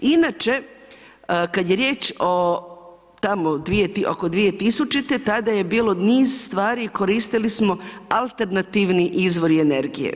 Inače, kad je riječ o tamo, oko 2000. tada je bilo niz stvari koristili smo alternativni izvor i energije.